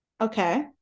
Okay